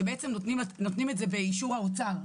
שבעצם נותנים את זה באישור האוצר.